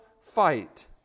fight